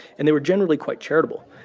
and they were generally quite charitable.